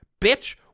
Bitch